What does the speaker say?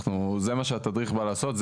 זה מה שהתדריך הזה בא לעשות.